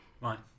Right